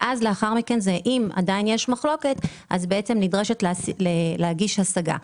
ואז אם יש עדיין מחלוקת נדרשת להגיש השגה.